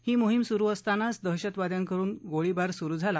ही मोहिम सुरु असतानाचा दहशतवाद्यांकडून गोळीबार सुरु झाला